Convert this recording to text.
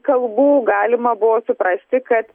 kalbų galima buvo suprasti kad